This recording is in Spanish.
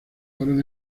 fueron